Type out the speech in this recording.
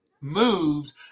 moved